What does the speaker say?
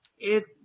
It